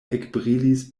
ekbrilis